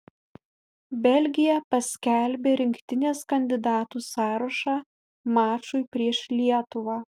belgija paskelbė rinktinės kandidatų sąrašą mačui prieš lietuvą